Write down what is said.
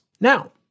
Now